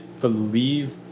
believe